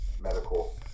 medical